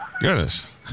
Goodness